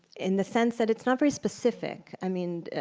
in the sense that it's not very specific. i mean,